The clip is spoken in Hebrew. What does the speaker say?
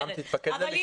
תתפקד לליכוד, אבל אז